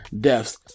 deaths